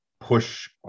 push